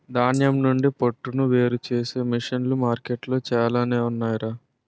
ధాన్యం నుండి పొట్టును వేరుచేసే మిసన్లు మార్కెట్లో చాలానే ఉన్నాయ్ రా